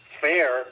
fair